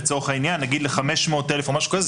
לצורך העניין, נניח ל-500,000 או משהו כזה.